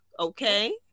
okay